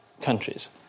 countries